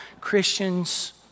Christians